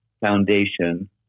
foundation